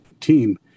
team